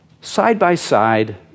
side-by-side